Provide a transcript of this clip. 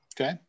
Okay